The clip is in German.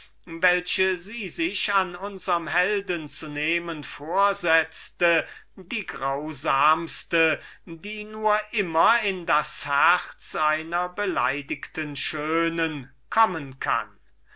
welche sie sich an unserm helden zu nehmen vorsetzte die grausamste welche nur immer in das herz einer beleidigten schönen kommen kann